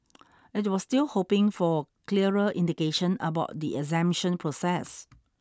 it was still hoping for a clearer indication about the exemption process